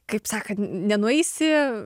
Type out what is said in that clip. kaip sakant nenueisi